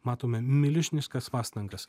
matome milžiniškas pastangas